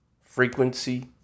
frequency